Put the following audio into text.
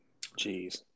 Jeez